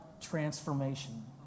transformation